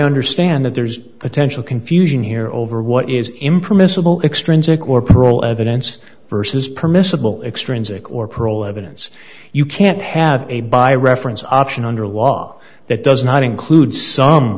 understand that there's potential confusion here over what is impermissible extrinsic or parole evidence versus permissible extrinsic or parole evidence you can't have a by reference option under law that does not include some